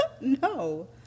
No